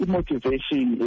Motivation